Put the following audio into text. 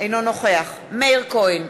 אינו נוכח מאיר כהן,